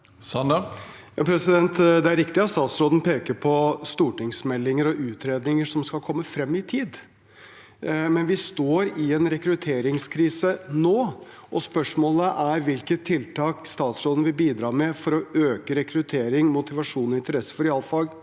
Sanner (H) Det er riktig at statsråden peker på stortingsmeldinger og utredninger som skal komme frem i tid, men vi står i en rekrutteringskrise nå, og spørsmålet er hvilke tiltak statsråden vil bidra med for å øke rekruttering, motivasjon og interesse for realfag